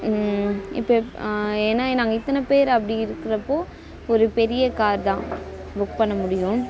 இப்போ ஏன்னா நாங்கள் இத்தனை பேர் அப்படி இருக்கிறப்போ ஒரு பெரிய கார் தான் புக் பண்ண முடியும்